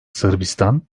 sırbistan